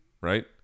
Right